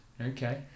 Okay